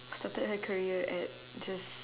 started her career at just